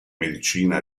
medicina